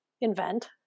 invent